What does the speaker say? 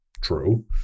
True